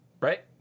right